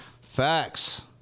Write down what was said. Facts